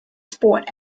sport